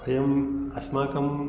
वयं अस्माकं